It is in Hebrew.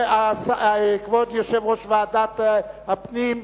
כבוד יושב-ראש ועדת הפנים,